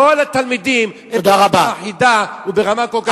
כל התלמידים הם ברמה אחידה וברמה כל כך גבוהה.